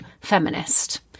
feminist